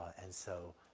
and so,